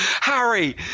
Harry